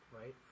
right